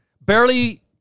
barely